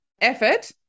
effort